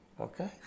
Okay